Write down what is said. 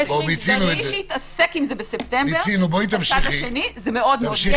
כמי שהתעסק עם זה בספטמבר בצד השני - זה מאוד מסובך,